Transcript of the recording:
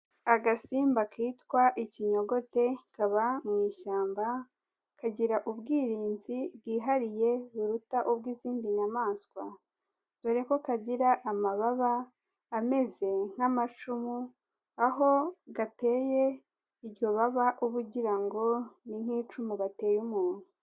Agasimba kitwa ikinyogote kaba mu ishyamba kagira ubwirinzi bwihariye buruta ubw'izindi nyamaswa, dore ko kagira amababa ameze nk'amacumu, aho gateye iryo baba uba ugira ngo ni nk'icumu bateye umuntu.